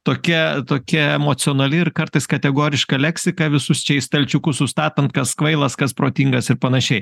tokia tokia emocionali ir kartais kategoriška leksika visus čia į stalčiukus sustatant kas kvailas kas protingas ir panašiai